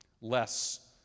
less